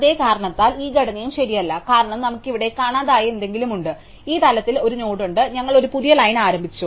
അതേ കാരണത്താൽ ഈ ഘടനയും ശരിയല്ല കാരണം നമുക്ക് ഇവിടെ കാണാതായ എന്തെങ്കിലും ഉണ്ട് ഈ തലത്തിൽ ഒരു നോഡ് ഉണ്ട് ഞങ്ങൾ ഒരു പുതിയ ലൈൻ ആരംഭിച്ചു